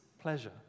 pleasure